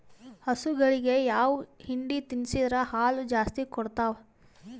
ಹಸುಗಳಿಗೆ ಯಾವ ಹಿಂಡಿ ತಿನ್ಸಿದರ ಹಾಲು ಜಾಸ್ತಿ ಕೊಡತಾವಾ?